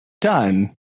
done